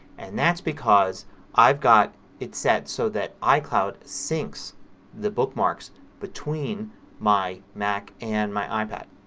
and that's because i've got it set so that icloud syncs the bookmarks between my mac and my ipad.